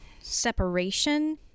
separation